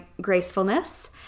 gracefulness